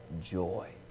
joy